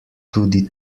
tudi